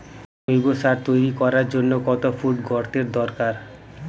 জৈব সার তৈরি করার জন্য কত ফুট গর্তের দরকার?